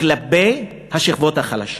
כלפי השכבות החלשות.